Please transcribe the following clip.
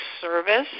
service